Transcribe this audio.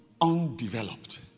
undeveloped